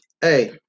Hey